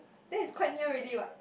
there is quite near already what